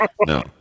No